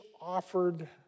offered